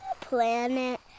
planet